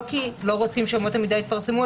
לא כי לא רוצים שאמות המידה התפרסמו,